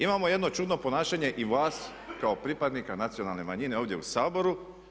Imamo jedno čudno ponašanje i vas kao pripadnika nacionalne manjine ovdje u Saboru.